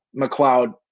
McLeod